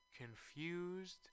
confused